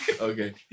Okay